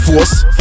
Force